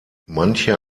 manche